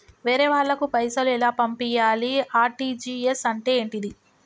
వేరే వాళ్ళకు పైసలు ఎలా పంపియ్యాలి? ఆర్.టి.జి.ఎస్ అంటే ఏంటిది?